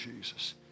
Jesus